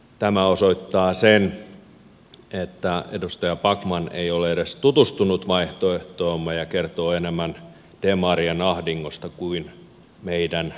tämä osoittaa sen että edustaja backman ei ole edes tutustunut vaihtoehtoomme ja kertoo enemmän demarien ahdingosta kuin meidän vaihtoehdostamme